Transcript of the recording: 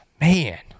man